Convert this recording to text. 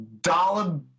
dollar